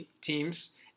teams